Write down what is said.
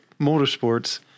motorsports